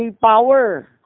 power